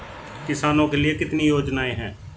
किसानों के लिए कितनी योजनाएं हैं?